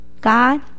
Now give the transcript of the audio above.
God